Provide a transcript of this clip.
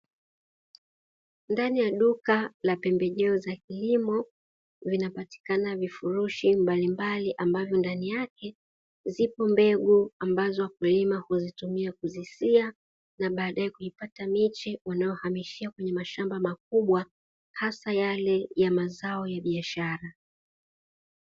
Ndani ya duka la pembejeo za kilimo, vinapatikana vifurushi mbalimbali, ambavyo ndani yake zipo mbegu ambazo wakulima huzitumia kuzisia na baadaye kuipata miche, wanyohamishia kwenye mashamba makubwa, hasa yale ya mazao ya biashara.